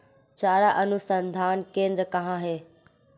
चारा अनुसंधान केंद्र कहाँ है?